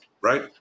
right